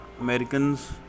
Americans